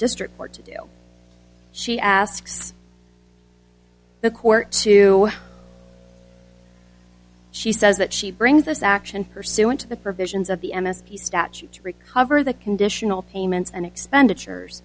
district court to do she asks the court to she says that she brings us action pursuant to the provisions of the m s p statute to recover the conditional payments and expenditures